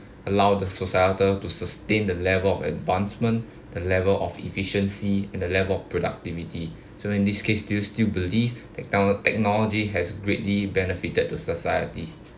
allow the societal to sustain the level of advancement the level of efficiency and the level of productivity so in this case do you still believe that our technology has greatly benefited the society